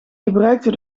gebruikte